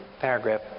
paragraph